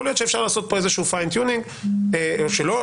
יכול להיות שאפשר לעשות כאן איזשהו פיין טיונינג או שלא,